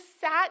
sat